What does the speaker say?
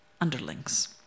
underlings